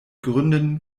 gründen